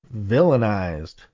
villainized